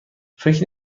فکر